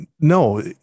no